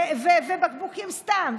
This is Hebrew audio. ובקבוקים סתם,